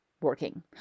working